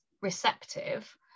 receptive